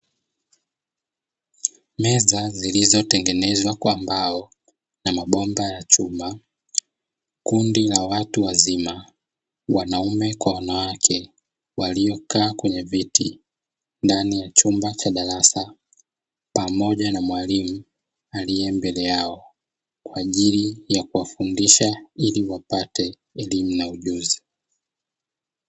Meza zilizotengenezwa kwa mbao na mabomba ya chuma. Kundi la watu wazima, wanaume kwa wanawake waliokaa kwenye viti ndani ya chumba cha darasa, pamoja na mwalimu aliye mbele yao kwa ajili ya kuwafundisha ili wapate elimu na ujuzi.